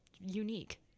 unique